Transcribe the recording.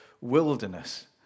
wilderness